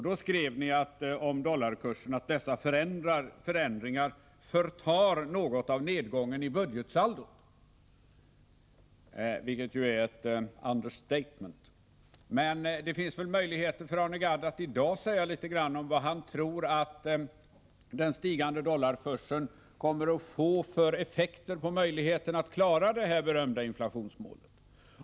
Då skrev ni inom majoriteten om dollarkursen att dessa förändringar förtar något av nedgången i budgetsaldot, vilket ju är ett understatement. Men det finns väl möjligheter för Arne Gadd att i dag säga litet grand om vad han tror att den stigande dollarkursen kommer att få för effekter på möjligheten att klara det här berömda inflationsmålet.